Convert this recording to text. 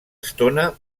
estona